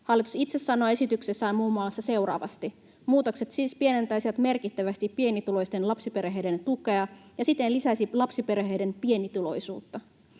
Hallitus itse sanoo esityksessään muun muassa seuraavasti: ”Muutokset siis pienentäisivät merkittävästi pienituloisten lapsiperheiden tukea ja siten lisäisivät lapsiperheiden pienituloisuutta.